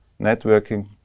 networking